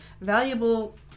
valuable